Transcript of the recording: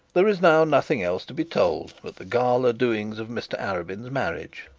there is now nothing else to be told but the gala doings of mr arabin's marriage,